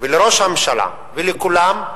ולראש הממשלה ולכולם,